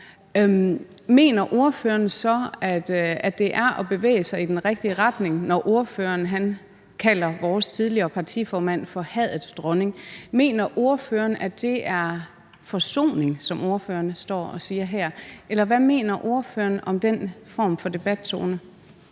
mener ordføreren så, at det er at bevæge sig i den rigtige retning, når ordføreren kalder vores tidligere partiformand for hadets dronning? Mener ordføreren, at det er forsoning, som ordføreren står og siger her? Eller hvad mener ordføreren om den form for debattone?